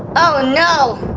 oh no,